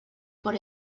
por